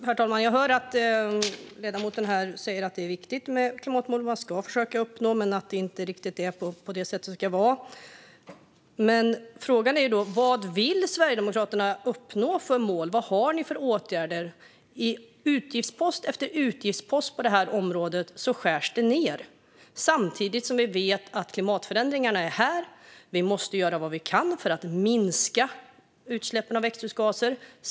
Herr talman! Jag hör ledamoten säga att det är viktigt med klimatmål och att man ska försöka uppnå dem, men att de inte är utformade som de ska. Frågan är då vilka mål Sverigedemokraterna vill uppnå. Vad har ni för åtgärder? I utgiftspost efter utgiftspost på det här området skärs det ned, samtidigt som vi vet att klimatförändringarna är här och att vi måste göra vad vi kan för att minska utsläppen av växthusgaser.